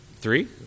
Three